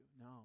No